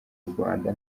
rwanda